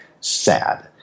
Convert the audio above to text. sad